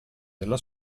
della